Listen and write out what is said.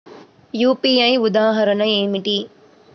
UPI ఉదాహరణ ఏమిటి?